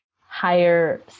higher